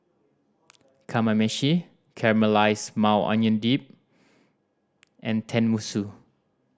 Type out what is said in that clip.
Kamameshi Caramelized Maui Onion Dip and Tenmusu